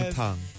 tongue